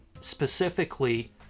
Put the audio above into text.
Specifically